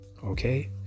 Okay